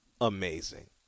amazing